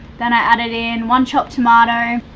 then i added in one chopped tomato,